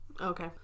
Okay